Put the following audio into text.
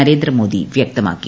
നരേന്ദ്രമോദി വൃക്തമാക്കി